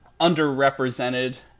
underrepresented